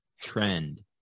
trend